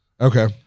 Okay